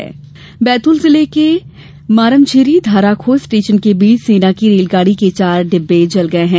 बैतुल आग अपडेट बैतूल जिले के मारमझिरी धाराखोह स्टेशन के बीच सेना की रेलगाड़ी के चार डिब्बे जल गये हैं